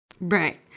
right